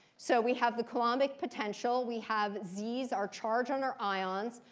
so we have the coulombic potential. we have z's, our charge on our ions.